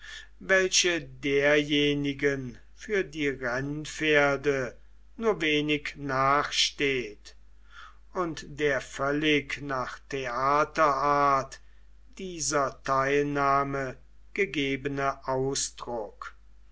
welche derjenigen für die rennpferde nur wenig nachsteht und der völlig nach theaterart dieser teilnahme gegebene ausdruck